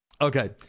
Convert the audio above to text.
Okay